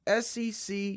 SEC